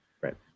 Right